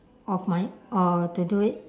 of my uh to do it